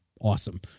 Awesome